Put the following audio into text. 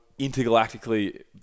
intergalactically